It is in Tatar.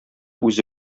үзе